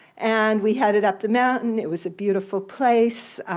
and we headed up the mountain. it was a beautiful place.